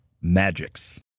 magics